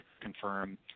confirm